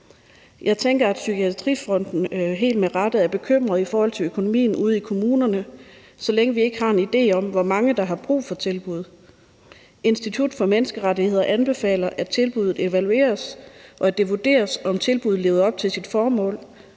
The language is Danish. Jeg tænker, at Psykiatrifonden helt med rette er bekymret i forhold til økonomien ude i kommunerne, så længe vi ikke har en idé om, hvor mange der har brug for et tilbud. Institut for Menneskerettigheder anbefaler, at tilbuddet evalueres, og at det vurderes, om tilbuddet lever op til sit formål,